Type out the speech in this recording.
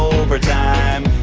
overtime.